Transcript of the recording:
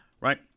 right